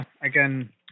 again